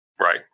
right